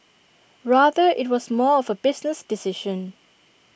rather IT was more of A business decision